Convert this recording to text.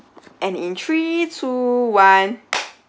and in three two one